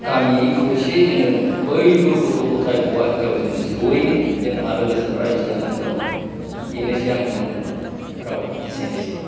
गामिनि खौसेयै जङो बयबो गथ'गथाय हौवा हिनजाव जङो ज'यैनो जों आलो गोजोन रायजो जानानै दं बेनोसै आंना बुंनांगौवा रावा एसेनोसै